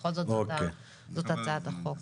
בכל זאת, זאת הצעת החוק.